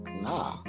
nah